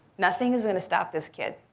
nothing is going to stop this kid.